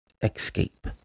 escape